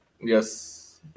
Yes